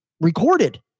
recorded